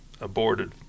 aborted